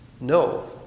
No